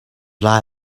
lie